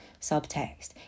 Subtext